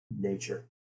Nature